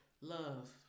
love